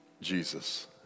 Jesus